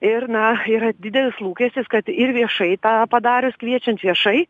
ir na yra didelis lūkestis kad ir viešai tą padarius kviečiant viešai